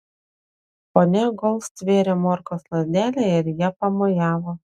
ponia gold stvėrė morkos lazdelę ir ja pamojavo